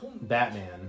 Batman